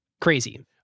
Crazy